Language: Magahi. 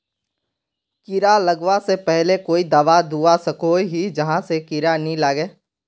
कीड़ा लगवा से पहले कोई दाबा दुबा सकोहो ही जहा से कीड़ा नी लागे?